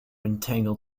entangled